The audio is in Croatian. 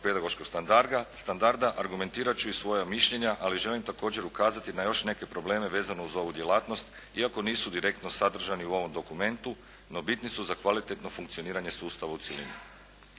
pedagoškog standarda. Argumentirat ću i svoja mišljenja, ali želim također ukazati na još neke probleme vezane uz ovu djelatnost, iako nisu direktno sadržani u ovom dokumentu, no bitni su za kvalitetno funkcioniranje sustava u cjelini.